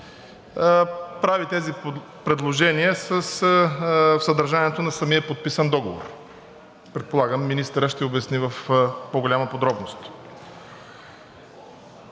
прави тези предложения със съдържанието на самия подписан договор. Предполагам, министърът ще обясни в по-голяма подробност.